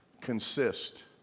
consist